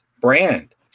brand